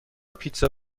پیتزا